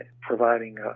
providing